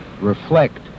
reflect